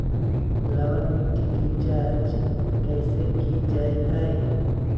लवन मिट्टी की जच कैसे की जय है?